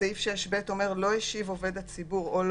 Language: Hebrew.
סעיף 6(ב) אומר: "לא השיב עובד הציבור או לא